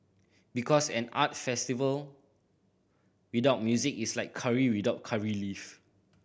because an art festival without music is like curry without curry leaf